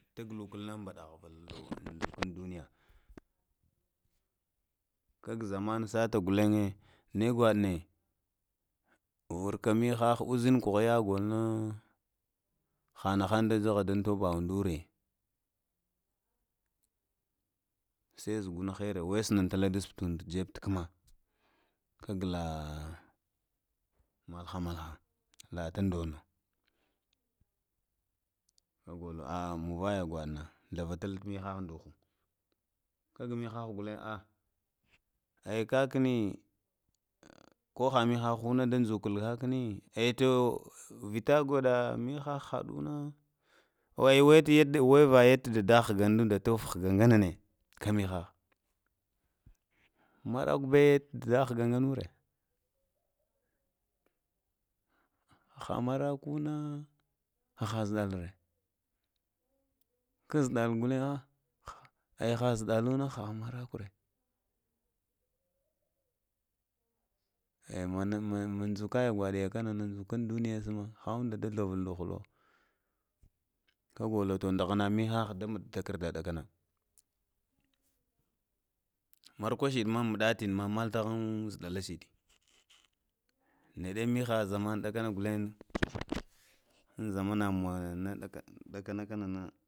Ta gulukul na baɗavaga un duniya! Kag zaman sata gulen ne kwaɗ ne, vurka mihaha, uzinku he ya golna ha na han da jeba udure, sei zugunhere we snanta laapa udu jeb tagma. Kagla malha malha mna la ta dono, a mavaga kwaɗna n lavalal mihaha, gaga mihah gulen ai kag ni ko ha mihah ndo johəl kagni wei wei yet da dah hga dadada tot hga, wga nane ka mihaha marak be dadahga banure aha marak wo aha zdal re kazɗal guten aya ha zɗal gulen ha marakure aya wan njuka waya gagna njukan duniya ne sma. ha nda dovəl dovəllo ka golo da huna mihahada magn takarda ɗakana mar kusa shiɗe ma mɗatin matahn zɗala shiɗe niɗe miha zaman ɗakan gulen unzamana muwa ɗakana kananə